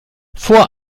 vor